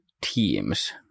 teams